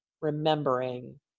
remembering